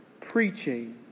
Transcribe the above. preaching